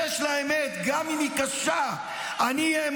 האמת היא זאת שתשרת את הציבור הישראלי,